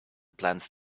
plans